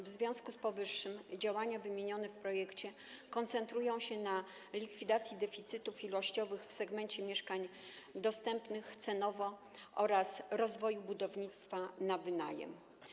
W związku z powyższym działania wymienione w projekcie koncentrują się na likwidacji deficytów ilościowych w segmencie mieszkań dostępnych cenowo oraz na rozwoju budownictwa na wynajem.